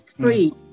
free